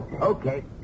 Okay